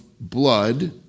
blood